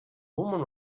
woman